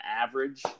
average